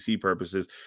purposes